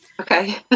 Okay